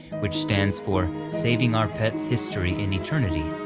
which stands for saving our pets history in eternity,